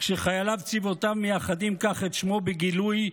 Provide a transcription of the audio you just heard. כשחייליו צבאותיו מייחדים כך את שמו בגילוי,